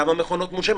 כמה מכונות הנשמה?